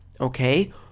okay